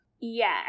Yes